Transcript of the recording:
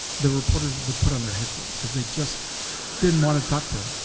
the reporters would put on their headphones cause they just didn't wanna talk to him.